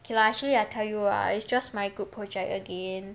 K lah actually I tell you ah it's just my group project again